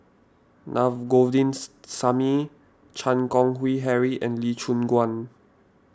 Na Govindasamy Chan Keng Howe Harry and Lee Choon Guan